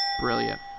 Brilliant